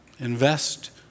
invest